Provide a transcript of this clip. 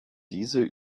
diese